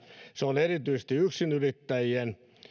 se on erityisesti yksinyrittäjien